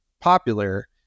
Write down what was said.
popular